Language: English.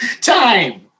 Time